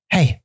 Hey